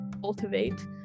cultivate